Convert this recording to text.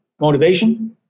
motivation